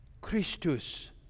Christus